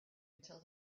until